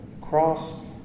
cross